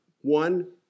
one